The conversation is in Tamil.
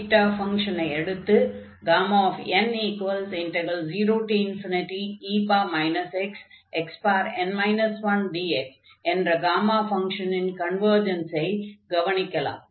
பீட்டா ஃபங்ஷனை அடுத்து n0e xxn 1dx என்ற காமா ஃபங்ஷனின் கன்வர்ஜன்ஸை கவனிக்கலாம்